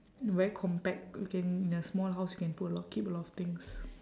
very compact you can in a small house you can put a lot keep a lot of things